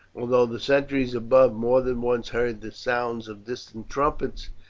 although the sentries above more than once heard the sounds of distant trumpets.